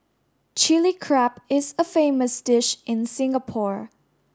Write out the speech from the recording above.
Chilli Crab is a famous dish in Singapore